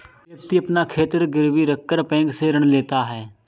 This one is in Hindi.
व्यक्ति अपना खेत गिरवी रखकर बैंक से ऋण लेता है